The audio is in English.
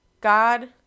God